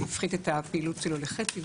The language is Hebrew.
והפחית את כמות הפעילות שלו לחצי,